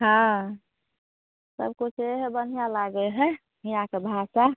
हँ सबकिछु इहे बढ़िआँ लागै हइ हिआँके भाषा